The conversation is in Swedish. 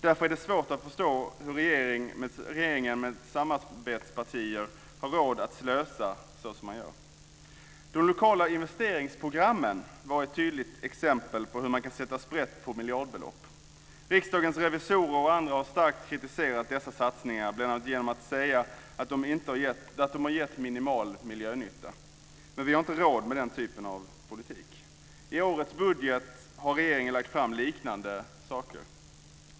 Därför är det svårt att förstå hur regeringen med samarbetspartierna har råd att slösa så som man gör. De lokala investeringsprogrammen var ett tydligt exempel på hur man kan sätta sprätt på miljardbelopp. Riksdagens revisorer och andra har starkt kritiserat dessa satsningar bl.a. genom att säga att de gett minimal miljönytta. Vi har inte råd med den typen av politik. I årets budget har regeringen lagt fram liknande saker.